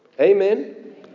Amen